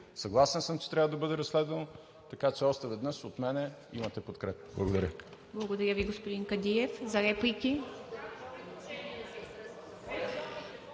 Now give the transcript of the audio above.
съгласен съм, че трябва да бъде разследвано, така че още веднъж от мен имате подкрепа. Благодаря.